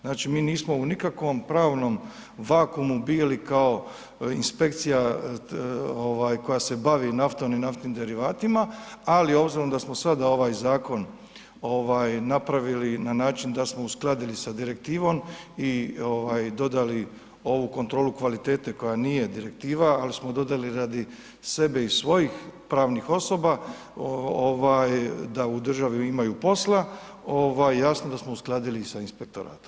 Znači, mi nismo u nikakvom pravnom vakumu bili kao inspekcija koja se bavi naftom i naftnim derivatima, ali obzirom da smo sada ovaj zakon napravili na način da smo uskladili sa direktivom i dodali ovu kontrolu kvalitete koja nije direktiva, ali smo dodali radi sebe i svojih pravnih osoba da u državi imaju posla, jasno da smo uskladili sa inspektoratom.